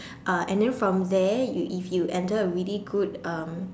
uh and then from there you if you enter a really good um